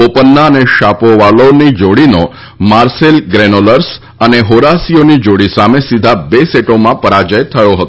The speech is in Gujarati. બોપન્ના અને શાપોવાલોવની જોડીનો માર્સેલ ગ્રેનોલર્સ તથા હોરાસીયોની જોડી સામે સીધા બે સેટોમાં પરાજ્ય થયો હતો